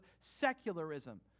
secularism